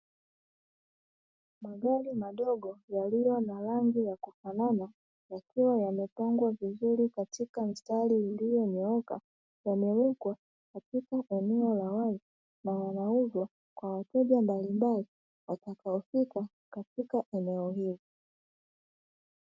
Magari madogo yaliyo na rangi ya kufanana, yakiwa yamepangwa vizuri katika mstari ulionyooka, yamewekwa katika sehemu ya wazi na yanauzwa kwa wateja mbalimbali watakaofika katika eneo hilo.